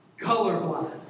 colorblind